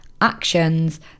actions